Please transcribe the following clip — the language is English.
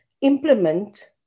implement